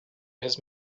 his